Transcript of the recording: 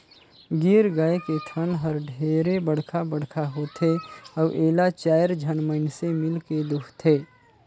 गीर गाय के थन हर ढेरे बड़खा बड़खा होथे अउ एला चायर झन मइनसे मिलके दुहथे